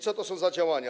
Co to są za działania?